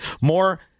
More